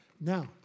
Now